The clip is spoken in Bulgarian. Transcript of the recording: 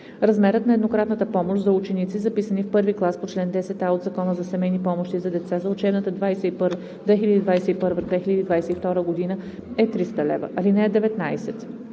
Размерът на еднократната помощ за ученици, записани в първи клас, по чл. 10а от Закона за семейни помощи за деца за учебната 2021 – 2022 г. е 300 лв. (19)